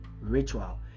ritual